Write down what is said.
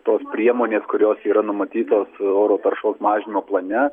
tos priemonės kurios yra numatytos oro taršos mažinimo plane